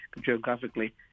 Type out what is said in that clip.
geographically